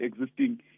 existing